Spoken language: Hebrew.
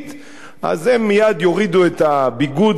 הם מייד יורידו את הביגוד והמדים,